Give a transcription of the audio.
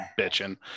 bitching